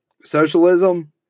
socialism